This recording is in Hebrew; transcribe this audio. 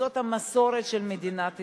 שזאת המסורת של מדינת ישראל.